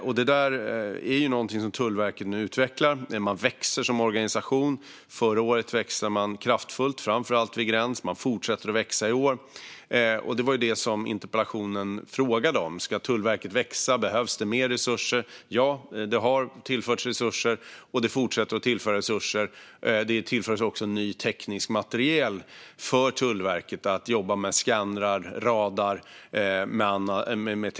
Tullverket utvecklar nu detta och växer som organisation. Förra året växte man kraftfullt, framför allt vid gräns, och i år fortsätter man att växa. Interpellanten frågade om Tullverket ska växa och om det behövs mer resurser. Svaret är ja. Det har tillförts mer resurser, och det fortsätter att tillföras resurser. Tullverket tillförs också ny teknisk materiel, som skannrar, radar med mera.